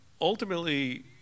ultimately